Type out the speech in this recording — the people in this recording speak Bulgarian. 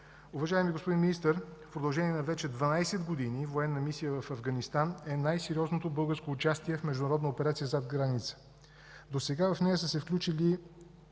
уважаеми господин Министър, в продължение на вече 12 години военна мисия в Афганистан е най-сериозното българско участие в международна операция зад граница. Досега в нея са се включили